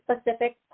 specific